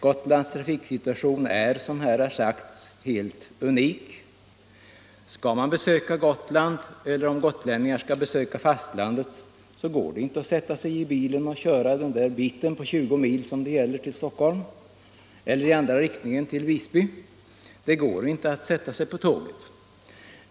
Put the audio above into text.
Gotlands trafiksituation är som här har sagts helt unik. Skall fastlänningar besöka Gotland eller gotlänningar besöka fastlandet, går det inte att sätta sig i bilen och köra sträckan på 20 mil, som avståndet är till exempelvis Stockholm, eller i motsatt riktning till Visby. Det går inte heller att sätta sig på tåget.